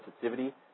sensitivity